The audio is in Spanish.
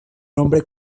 nombre